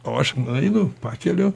o aš nueinu pakeliu